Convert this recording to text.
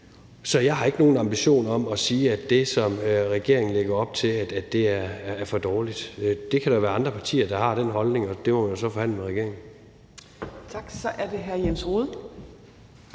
Så jeg har ikke nogen ambition om at sige, at det, som regeringen lægger op til, er for dårligt. Der kan være andre partier, der har den holdning, og det må man så forhandle med regeringen. Kl. 10:31 Fjerde